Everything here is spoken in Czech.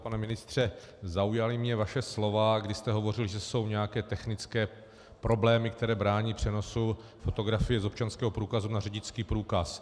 Pane ministře, zaujala mě vaše slova, kdy jste hovořil, že jsou nějaké technické problémy, které brání přenosu fotografie z občanského průkazu na řidičský průkaz.